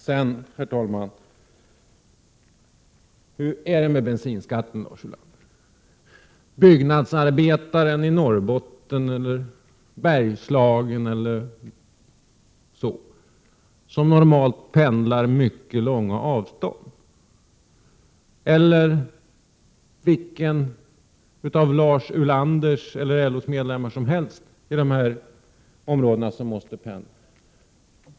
Och hur är det med bensinskatten, Lars Ulander? Hur är det för byggnadsarbetaren i Norrbotten eller i Bergslagen som normalt pendlar mycket långa avstånd eller för vilken som helst av LO:s medlemmar i de här områdena som måste pendla?